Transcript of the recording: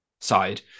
side